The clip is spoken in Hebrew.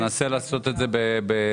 ננסה לעשות את זה בהקדם.